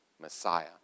Messiah